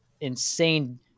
insane